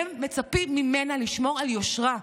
והם מצפים ממנה לשמור על יושרה,